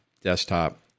desktop